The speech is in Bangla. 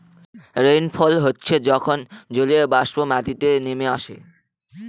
রেইনফল হচ্ছে যখন জলীয়বাষ্প মাটিতে নেমে আসে